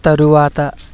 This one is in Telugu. తరువాత